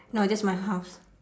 no just my house